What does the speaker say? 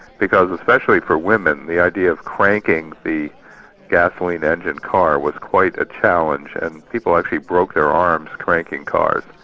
because especially for women, the idea of cranking the gasoline engine car was quite a challenge, and people actually broke their arms cranking cars.